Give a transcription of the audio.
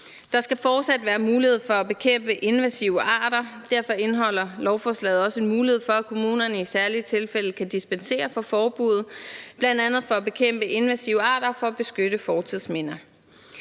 Der skal fortsat være mulighed for at bekæmpe invasive arter, og derfor indeholder lovforslaget også en mulighed for, at kommunerne i særlige tilfælde kan dispensere fra forbuddet, bl.a. for at bekæmpe invasive arter og for at beskytte fortidsminder.